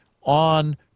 on